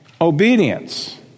obedience